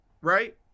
right